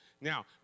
Now